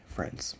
Friends